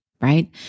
right